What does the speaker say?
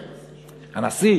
הנשיא,